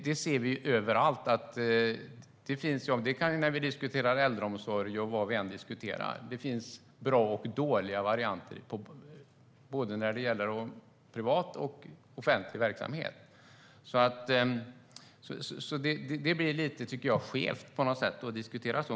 Detta ser vi överallt. När vi diskuterar äldreomsorg och vad vi än diskuterar ser vi att det finns bra och dåliga varianter när det gäller både privat och offentlig verksamhet. Det blir lite skevt att diskutera så.